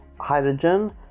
hydrogen